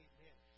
Amen